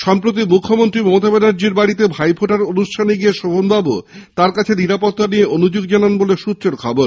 সম্প্রতি মুখ্যমন্ত্রী মমতা ব্যানার্জির বাড়িতে ভাইফোঁটার অনুষ্ঠানে গিয়ে শোভন বাবু তার কাছে নিরাপত্তা নিয়ে অনুযোগ জানান বলে সূত্রের খবর